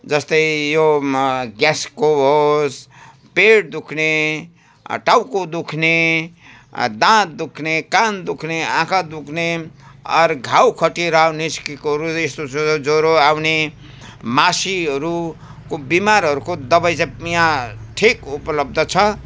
जस्तै यो ग्यासको होस् पेट दुख्ने टाउको दुख्ने दाँत दुख्ने कान दुख्ने आँखा दुख्ने अरू घाउखटिरा निस्केकोहरू यस्तो जो ज्वरो आउने मासीहरूको बिमारहरूको दबाई चाहिँ यहाँ ठिक उपलब्ध छ